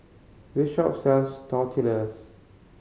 this shop sells Tortillas